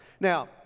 Now